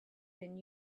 than